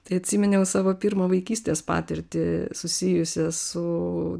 tai atsiminiau savo pirmą vaikystės patirtį susijusią su